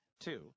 Two